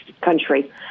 country